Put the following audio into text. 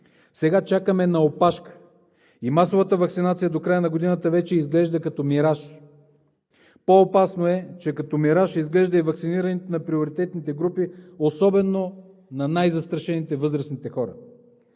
Сега чакаме на опашка и масовата ваксинация до края на годината вече изглежда като мираж. По-опасно е, че като мираж изглежда и ваксинирането на приоритетните групи, особено на най-застрашените – възрастните хора.